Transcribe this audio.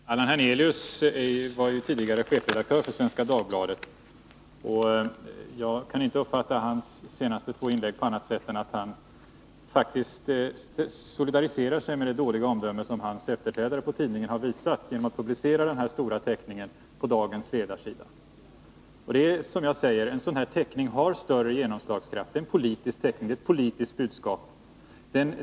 Herr talman! Allan Hernelius var ju tidigare chefredaktör för Svenska Dagbladet. Jag kan inte uppfatta hans senaste två inlägg på annat sätt än att han faktiskt solidariserar sig med det dåliga omdöme som hans efterträdare på tidningen har visat genom att publicera denna stora teckning på dagens ledarsida. En sådan här teckning har stor genomslagskraft, som jag sade. Det är en politisk teckning, ett politiskt budskap.